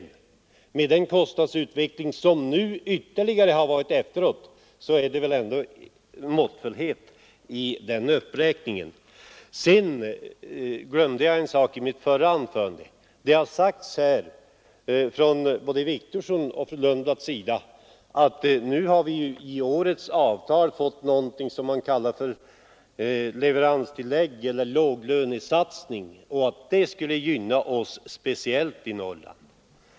Med tanke på den kostnadsutveckling som skett efter det avtalet träffades är det väl ändå måttfullhet i den uppräkningen. Jag glömde en sak i mitt förra anförande. Både herr Wictorsson och fru Lundblad har sagt att vi i årets avtal fått ett leveranstillägg som innebär en låglönesatsning. Detta skulle speciellt gynna oss i Norrland.